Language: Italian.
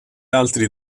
altri